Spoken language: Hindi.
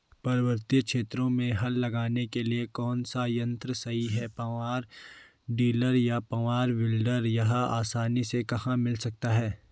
पर्वतीय क्षेत्रों में हल लगाने के लिए कौन सा यन्त्र सही है पावर टिलर या पावर वीडर यह आसानी से कहाँ मिल सकता है?